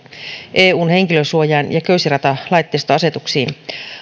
eun henkilönsuojain ja köysiratalaitteistoasetuksiin